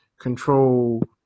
control